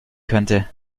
könnte